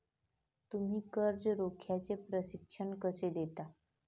तुम्ही कर्ज रोख्याचे प्रशिक्षण कसे देता?